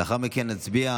ולאחר מכן נצביע.